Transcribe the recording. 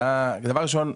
דבר ראשון,